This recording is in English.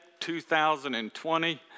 2020